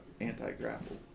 anti-grapple